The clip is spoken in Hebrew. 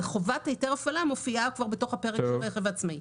חובת היתר הפעלה מופיעה כבר בתוך הפרק על רכב עצמאי.